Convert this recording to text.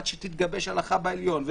עד שתתגבש הלכה בבית המשפט העליון,